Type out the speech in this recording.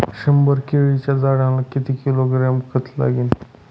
शंभर केळीच्या झाडांना किती किलोग्रॅम खत लागेल?